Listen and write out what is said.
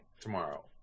tomorrow